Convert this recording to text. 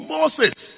Moses